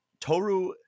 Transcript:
Toru